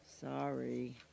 Sorry